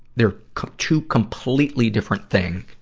they're two completely different thing,